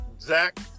Zach